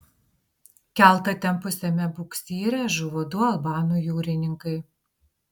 keltą tempusiame buksyre žuvo du albanų jūrininkai